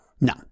No